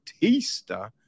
Batista